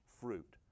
fruit